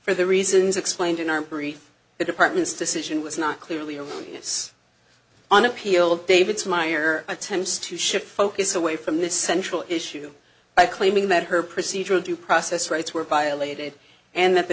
for the reasons explained in our brief the department's decision was not clearly erroneous on appeal david's meier attempts to shift focus away from the central issue by claiming that her procedural due process rights were violated and that the